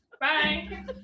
Bye